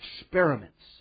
experiments